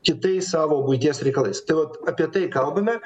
kitais savo buities reikalais tai vat apie tai kalbame